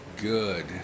good